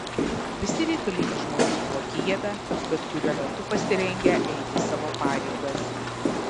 visi reikalingi žmonės buvo kijeve bet kuriuo metu pasirengę eiti savo pareigas